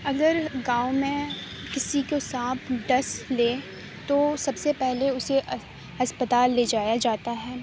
اگر گاؤں میں کسی کو سانپ ڈس لے تو سب سے پہلے اسے ہسپتال لے جایا جاتا ہے